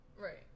Right